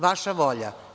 Vaša volja.